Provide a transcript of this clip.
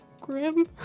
Grim